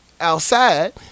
outside